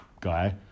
guy